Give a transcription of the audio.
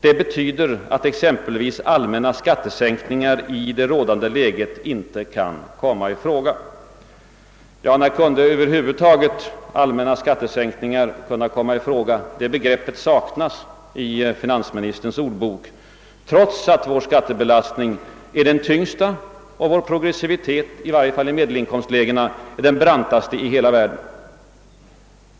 Det betyder att exempelvis allmänna skattesänkningar i det rådande läget inte kan komma i fråga.» När kunde över huvud taget allmänna skattesänkningar komma i fråga? Det begreppet saknas i finansministerns ordbok, trots att vår skattebelastning är den tyngsta och vår progressivitet, i varje fall i medelinkomstlägena, den brantaste i hela världen.